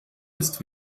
ist